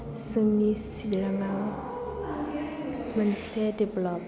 जोंनि चिरांआ मोनसे देभल'प